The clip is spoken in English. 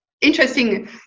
interesting